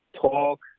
talk